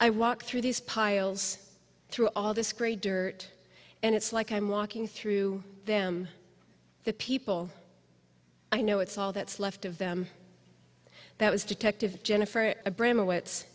i walk through these piles through all this great dirt and it's like i'm walking through them the people i know it's all that's left of them that was detective jennifer abra